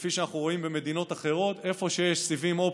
כפי שאנחנו רואים במדינות אחרות: איפה שיש סיבים אופטיים,